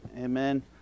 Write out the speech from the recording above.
Amen